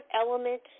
element